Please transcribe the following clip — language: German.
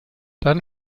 dann